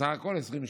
בסך הכול 20 שנה.